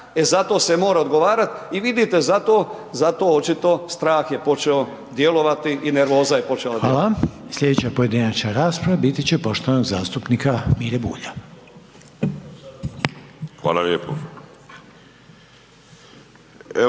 E za to se mora odgovarat i vidite zato očito strah je počeo djelovati i nervoza je počela djelovati.